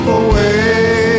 away